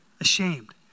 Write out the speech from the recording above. Ashamed